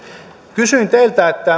kysyin teiltä